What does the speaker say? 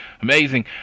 amazing